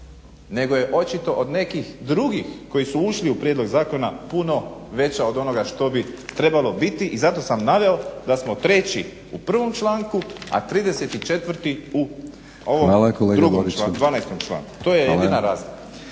nego je očito od nekih drugih koji su ušli u prijedlog zakona puno veća od onoga što bi trebalo biti i zato sam naveo da smo 3 u 1. članku, a 34. u ovom 2., 12. članku, to je jedina razlika.